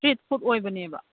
street food ꯑꯣꯏꯕꯅꯦꯕ